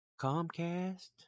Comcast